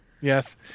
Yes